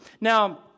Now